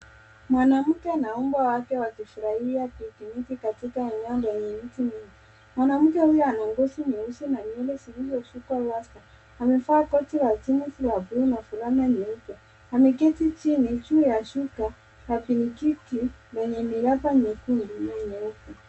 Mwanamke na mbwa wake wakifurahia pikniki katika eneo lenye miti mingi. Mwanamke huyu ana ngozi nyeusi na nywele zilizosukwa rasta, amevaa koti la jeans la bluu na fulani nyeupe ameketi chini juu ya shuka na kiti yenye miraba mekundu na meupe.